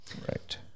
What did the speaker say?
right